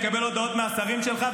אני מקבל הודעות מהשרים שלך,